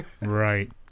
Right